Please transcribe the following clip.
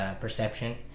perception